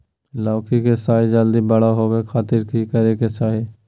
लौकी के साइज जल्दी बड़ा होबे खातिर की करे के चाही?